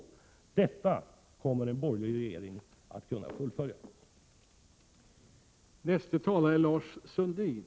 En sådan politik kommer en borgerlig regering att kunna driva.